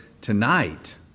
tonight